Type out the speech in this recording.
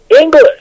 English